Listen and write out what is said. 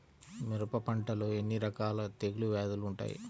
మిరప పంటలో ఎన్ని రకాల తెగులు వ్యాధులు వుంటాయి?